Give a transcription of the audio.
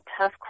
tough